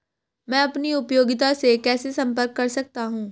मैं अपनी उपयोगिता से कैसे संपर्क कर सकता हूँ?